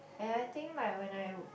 and I think like when I